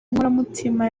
inkoramutima